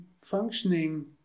functioning